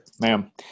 ma'am